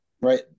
Right